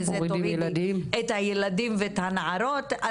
מזה תורידי את הילדים והנערות.